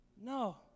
No